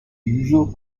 usual